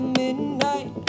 midnight